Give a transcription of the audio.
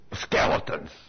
skeletons